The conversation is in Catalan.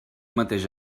mateix